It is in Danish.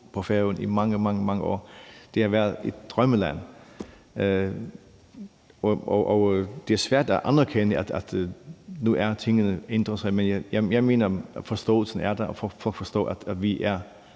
i mange, mange år. Det har været et drømmeland. Og det er svært at anerkende, at nu har tingene ændret sig. Men jeg mener, at forståelsen er der – at folk forstår, at vi